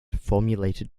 formulated